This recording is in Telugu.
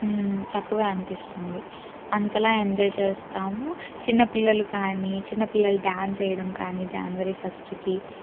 తక్కువే అనిపిస్తుంది అంతలా ఎంజాయ్ చేస్తాము చిన్నపిల్లలు కానీ చిన్నపిల్లలు డ్యాన్స్ వేయడం కానీ జాన్వరి ఫస్ట్కి